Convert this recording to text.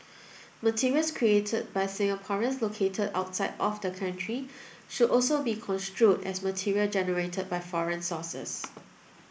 materials created by Singaporeans located outside of the country should also be construed as material generated by foreign sources